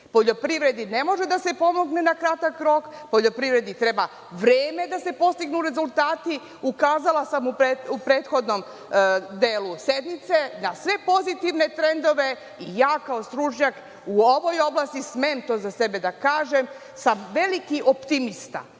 poljoprivredi ne može da se pomogne na kratak rok. Poljoprivredi treba vreme da se postignu rezultati. Ukazala sam u prethodnom delu sednice da sve pozitivne trendove i ja, kao stručnjak u ovoj oblasti, smem za sebe da kažem da sam veliki optimista.